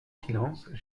silence